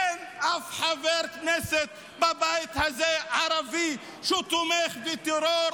אין אף חבר כנסת ערבי בבית הזה שהוא תומך בטרור,